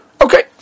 Okay